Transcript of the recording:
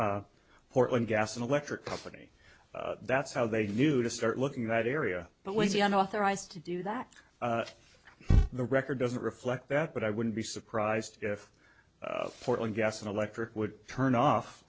the portland gas and electric company that's how they knew to start looking in that area but was he an authorised to do that the record doesn't reflect that but i wouldn't be surprised if portland gas and electric would turn off